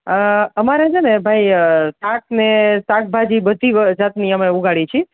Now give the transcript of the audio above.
અ અમારે છેને ભઈ શાક ને શાકભાજી બધી વ જાતની ઉગાડી છી